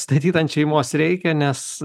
statyt ant šeimos reikia nes